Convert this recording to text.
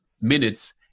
minutes